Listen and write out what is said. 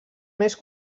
més